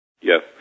Yes